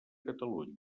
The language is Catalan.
catalunya